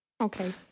Okay